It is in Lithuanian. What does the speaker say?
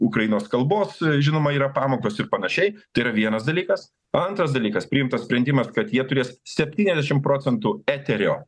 ukrainos kalbos žinoma yra pamokos ir panašiai tai yra vienas dalykas antras dalykas priimtas sprendimas kad jie turės septyniasdešim procentų eterio